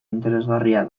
interesgarria